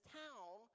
town